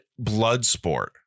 Bloodsport